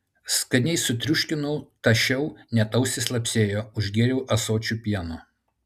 skaniai sutriuškinau tašiau net ausys lapsėjo užgėriau ąsočiu pieno